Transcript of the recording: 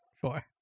Sure